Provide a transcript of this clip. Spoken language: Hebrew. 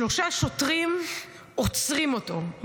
שלושה שוטרים עוצרים אותו,